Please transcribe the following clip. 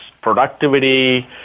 productivity